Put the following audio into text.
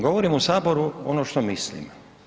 Govorim u Saboru ono što mislim.